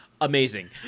amazing